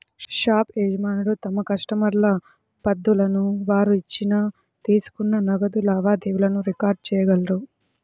shop యజమానులు తమ కస్టమర్ల పద్దులను, వారు ఇచ్చిన, తీసుకున్న నగదు లావాదేవీలను రికార్డ్ చేయగలరు